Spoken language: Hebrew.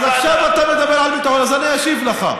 אז עכשיו אתה מדבר על ביטחון, אז אני אשיב לך.